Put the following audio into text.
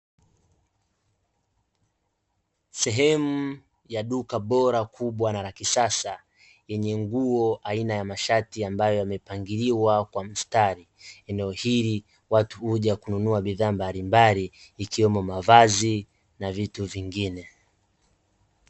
Sehemu ya duka bora kubwa na la kisasa, yenye nguo aina ya mashati ambayo yamepangiliwa kwa mstari. Eneo hili watu huja kununua bidhaa mbalimbali ikiwemo mavazi na vitu vingine.